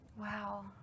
Wow